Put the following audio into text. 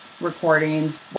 recordings